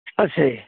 ਅੱਛਾ ਜੀ